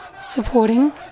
supporting